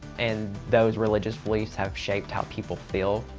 and those religious beliefs have shaped how people feel.